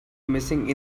missing